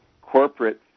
corporate